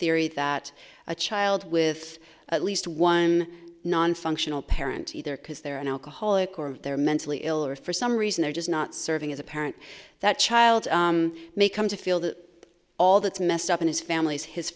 theory that a child with at least one nonfunctional parent either because they're an alcoholic or they're mentally ill or for some reason they're just not serving as a parent that child may come to feel that all that's messed up in his family's his